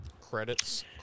Credits